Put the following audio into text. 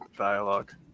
dialogue